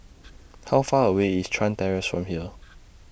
How Far away IS Chuan Terrace from here